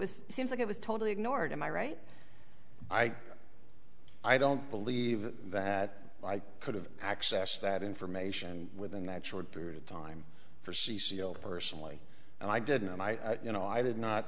was seems like it was totally ignored in my right eye i don't believe that i could have access that information within that short period of time for c c l personally and i didn't and i you know i did not